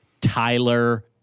Tyler